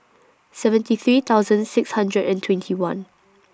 seventy three thousand six hundred and twenty one